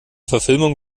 verfilmung